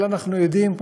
אבל אנחנו יודעים,